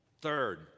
Third